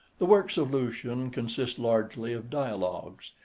the works of lucian consist largely of dialogues,